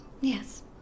Yes